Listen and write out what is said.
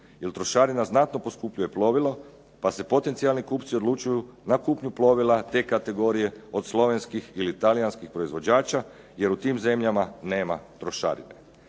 jer trošarina znatno poskupljuje plovilo pa se potencijalni kupci odlučuju na kupnju plovila te kategorije od slovenskih ili talijanskih proizvođača jer u tim zemljama nema trošarine.